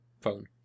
phone